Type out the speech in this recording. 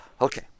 okay